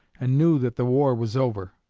and knew that the war was over.